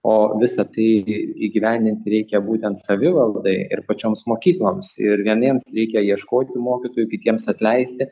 o visą tai gi įgyvendinti reikia būtent savivaldai ir pačioms mokykloms ir vieniems reikia ieškoti mokytojų kitiems atleisti